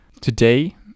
today